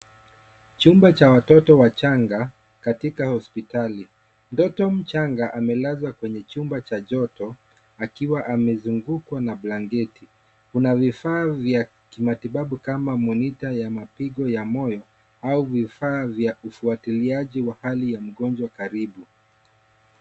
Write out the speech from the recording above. Chumba cha watoto wachanga katika hospitali . Mtoto mchanga amelazwa kwenye chumba cha joto akiwa amezungukwa na blanketi. Kuna vifaa vya kimatibabu kama monita ya mapigo ya moyo au vifaa vya ufuatiliaji wa hali ya mgonjwa karibu.